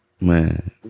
Man